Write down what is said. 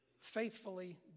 faithfully